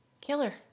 killer